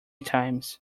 times